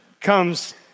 comes